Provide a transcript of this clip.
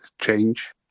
change